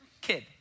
kid